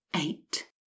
eight